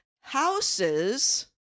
houses